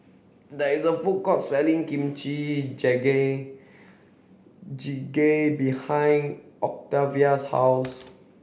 there is a food court selling Kimchi Jjigae behind Octavia's house